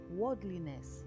worldliness